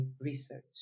research